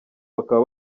bakaba